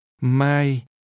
Mai